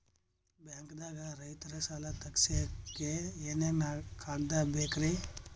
ಬ್ಯಾಂಕ್ದಾಗ ರೈತರ ಸಾಲ ತಗ್ಸಕ್ಕೆ ಏನೇನ್ ಕಾಗ್ದ ಬೇಕ್ರಿ?